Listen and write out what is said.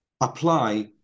apply